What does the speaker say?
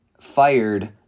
fired